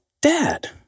dad